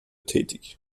tätig